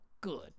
good